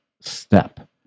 step